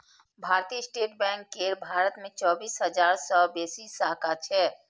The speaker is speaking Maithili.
भारतीय स्टेट बैंक केर भारत मे चौबीस हजार सं बेसी शाखा छै